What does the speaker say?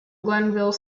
glenville